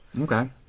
Okay